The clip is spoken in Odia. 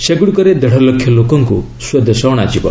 ସେଗୁଡ଼ିକରେ ଦେଢ଼ଲକ୍ଷ ଲୋକଙ୍କୁ ସ୍ୱଦେଶ ଅଣାଯିବ